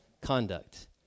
conduct